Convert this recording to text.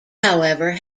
however